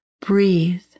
Breathe